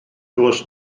does